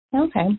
Okay